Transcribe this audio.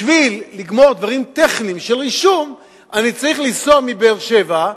בשביל לגמור דברים טכניים של רישום אני צריך לנסוע מבאר-שבע,